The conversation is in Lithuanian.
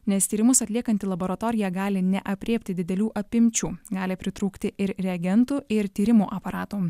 nes tyrimus atliekanti laboratorija gali neaprėpti didelių apimčių gali pritrūkti ir reagentų ir tyrimų aparatų